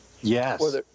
Yes